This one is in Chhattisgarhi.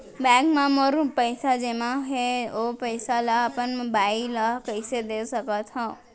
बैंक म मोर पइसा जेमा हे, ओ पइसा ला अपन बाई ला कइसे दे सकत हव?